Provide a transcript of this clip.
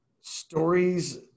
Stories